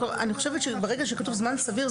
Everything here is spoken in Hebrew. אני חושבת שברגע שכתוב זמן סביר,